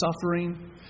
suffering